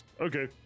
Okay